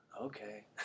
Okay